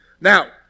Now